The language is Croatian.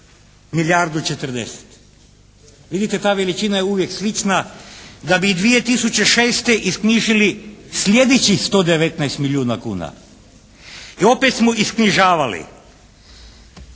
milijardu 40. Vidite, ta veličina je uvijek slična. Da bi 2006. isknjižili sljedećih 119 milijuna kuna i opet smo isknjižavali